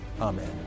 amen